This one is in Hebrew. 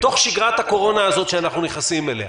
בתוך שגרת הקורונה הזאת שאנחנו נכנסים אליה.